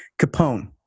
Capone